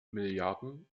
milliarden